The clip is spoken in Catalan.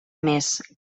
més